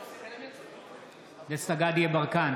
בעד דסטה גדי יברקן,